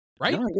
Right